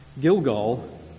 Gilgal